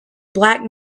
black